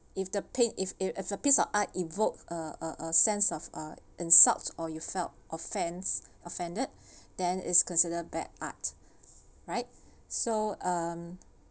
if the pain~ if a if a piece of art evoked uh uh uh a sense of uh (uh)insult or you felt offence offended then is considered bad art right so um